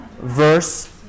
verse